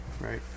Right